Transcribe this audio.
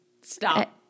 stop